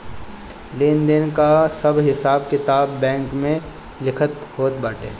लेन देन कअ सब हिसाब किताब बैंक में लिखल होत बाटे